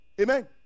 Amen